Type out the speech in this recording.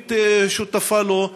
הבין-לאומית שותפה לו.